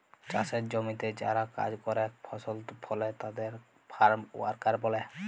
চাসের জমিতে যারা কাজ করেক ফসল ফলে তাদের ফার্ম ওয়ার্কার ব্যলে